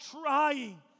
trying